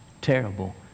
terrible